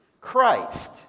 Christ